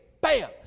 Bam